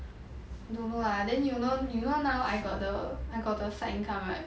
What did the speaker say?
don't know lah then you know you know now I got the I got the side income right